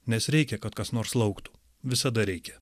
nes reikia kad kas nors lauktų visada reikia